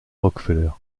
rockefeller